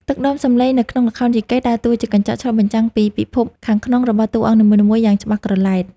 ទឹកដមសំឡេងនៅក្នុងល្ខោនយីកេ ដើរតួជាកញ្ចក់ឆ្លុះបញ្ចាំងពីពិភពខាងក្នុងរបស់តួអង្គនីមួយៗយ៉ាងច្បាស់ក្រឡែត។